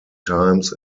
times